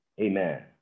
amen